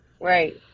Right